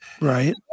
Right